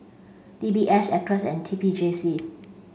D B S Acres and T P J C